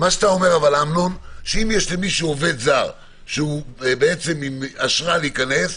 אתה אומר שאם יש למישהו עובד זר שהוא עם אשרה להיכנס,